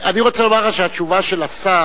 אני רוצה לומר לך שהתשובה של השר,